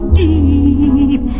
deep